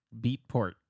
beatport